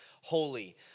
Holy